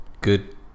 good